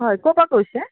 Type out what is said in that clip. হয় ক'ৰ পৰা কৈছে